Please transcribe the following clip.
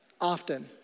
often